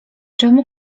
czemu